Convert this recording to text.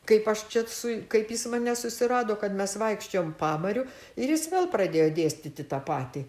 kaip aš čia su kaip jis mane susirado kad mes vaikščiojom pamariu ir jis vėl pradėjo dėstyti tą patį